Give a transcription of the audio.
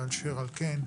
אשר על כן,